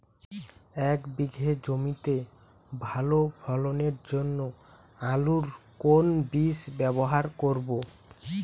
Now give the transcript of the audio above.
এক বিঘে জমিতে ভালো ফলনের জন্য আলুর কোন বীজ ব্যবহার করব?